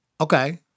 Okay